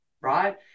right